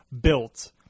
built